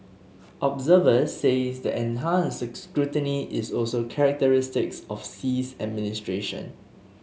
observers say the enhanced scrutiny is also characteristic of Xi's administration